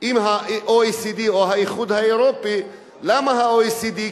עם ה-OECD או האיחוד האירופי, למה ה-OECD?